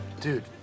dude